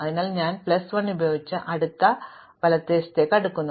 അതിനാൽ ഞാൻ മഞ്ഞ പ്ലസ് 1 ഉപയോഗിച്ച് അടുക്കി വലത്തേക്ക് അടുക്കുന്നു